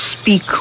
speak